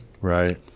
Right